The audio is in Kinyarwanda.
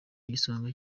igisonga